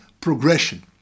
progression